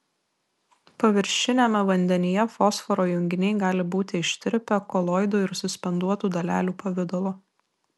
paviršiniame vandenyje fosforo junginiai gali būti ištirpę koloidų ir suspenduotų dalelių pavidalo